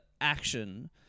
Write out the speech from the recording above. action